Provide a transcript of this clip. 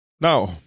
Now